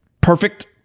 perfect